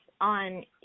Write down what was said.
on